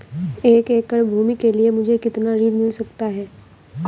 एक एकड़ भूमि के लिए मुझे कितना ऋण मिल सकता है?